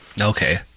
Okay